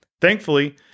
Thankfully